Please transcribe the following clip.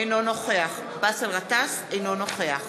אינו נוכח באסל גטאס, אינו נוכח